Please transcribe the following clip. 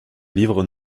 livre